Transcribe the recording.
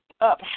up